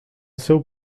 seu